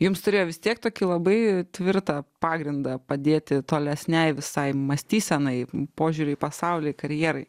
jums turėjo vis tiek tokį labai tvirtą pagrindą padėti tolesnei visai mąstysenai požiūriui į pasaulį karjerai